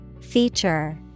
Feature